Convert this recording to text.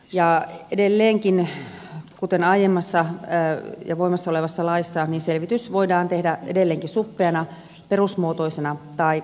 ja edelleenkin kuten aiemmassa ja voimassa olevassa laissa selvitys voidaan tehdä suppeana perusmuotoisena tai laajana